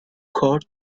quote